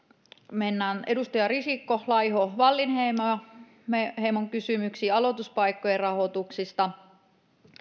mennään edustajien risikko laiho wallinheimo kysymyksiin aloituspaikkojen rahoituksista